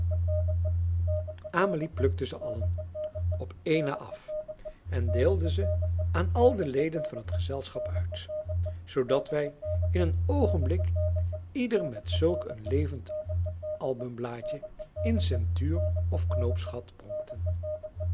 amelie plukte ze allen op een na af en deelde ze aan al de leden van het gezelschap uit zoodat wij in een oogenblik ieder met zulk een levend albumblaadje in ceintuur of knoopsgat pronkten